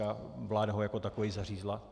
A vláda ho jako takový zařízla.